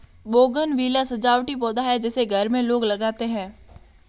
bougainvillea सजावटी पौधा है जिसे घर में लोग लगाते हैं